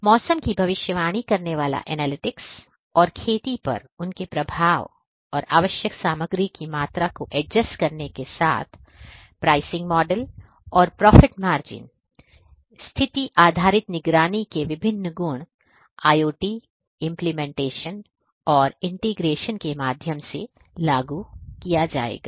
मौसम की भविष्यवाणी करने वाला एनालिटिक्स और खेती पर उनके प्रभाव और आवश्यक सामग्री की मात्रा को एडजस्ट करने के साथ प्राइसिंग मॉडल और प्रॉफिट मार्जिन ये स्थिति आधारित निगरानी के विभिन्न गुण IoT इंप्लीमेंटेशन और इंटीग्रेशन के माध्यम से लागू किया जाएगा